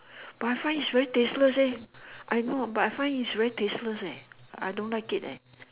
but I find it's very tasteless eh I know but I find it's very tasteless eh I don't like it eh